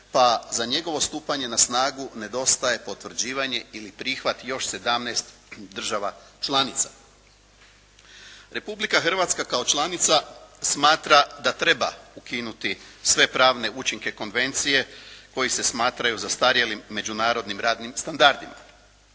pa za njegovo stupanje na snagu nedostaje potvrđivanje ili prihvat još 17 država članica. Republika Hrvatska kao članica smatra da treba ukinuti sve pravne učinke konvencije koji se smatraju zastarjelim međunarodnim radnim standardima.